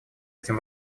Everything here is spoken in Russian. этим